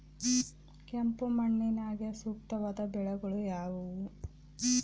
ಕೆಂಪು ಮಣ್ಣಿಗೆ ಸೂಕ್ತವಾದ ಬೆಳೆಗಳು ಯಾವುವು?